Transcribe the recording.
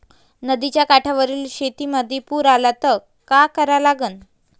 नदीच्या काठावरील शेतीमंदी पूर आला त का करा लागन?